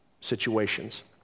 situations